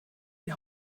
die